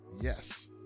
Yes